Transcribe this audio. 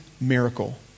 miracle